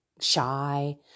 shy